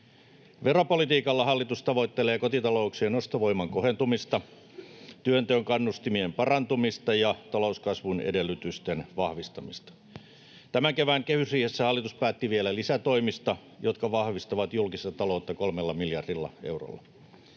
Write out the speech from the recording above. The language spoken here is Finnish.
Veropolitiikalla hallitus tavoittelee kotitalouksien ostovoiman kohentumista, työnteon kannustimien parantumista ja talouskasvun edellytysten vahvistamista. Tämän kevään kehysriihessä hallitus päätti vielä lisätoimista, jotka vahvistavat julkista taloutta kolmella miljardilla eurolla.